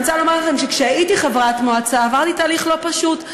אני רוצה לומר לכם שכאשר הייתי חברת מועצה עברתי תהליך לא פשוט.